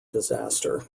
disaster